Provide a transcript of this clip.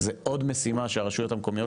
זה עוד משימה שהרשויות המקומיות,